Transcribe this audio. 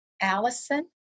allison